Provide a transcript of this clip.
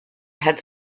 had